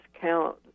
count